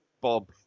Bob